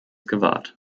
gewahrt